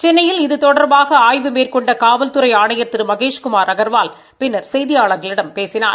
சென்னையில் இது தொடா்பாக ஆய்வு மேற்கொண்ட காவல்துறை ஆணையா் திரு மகேஷ்குமாா் அகா்வால் பின்னர் செய்தியாளர்களிடம் பேசினார்